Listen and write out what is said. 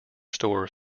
store